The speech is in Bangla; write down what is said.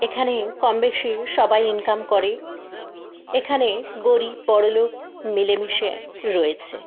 এখানে কম বেশি সবাই ইনকাম করে এখানে গরীব বড়লোক মিলে মিশে রয়েছে